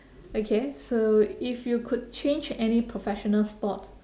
okay so if you could change any professional sport